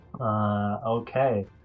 Okay